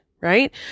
right